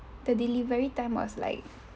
the delivery time was like